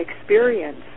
experience